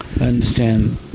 understand